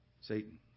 Satan